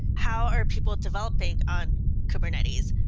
how are people developing on kubernetes?